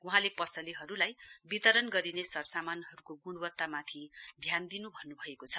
वहाँले पसलेहरूलाई वितरण गरिने सरसामनको गुणवक्तामाथि ध्यान दिनु भन्नुभएको छ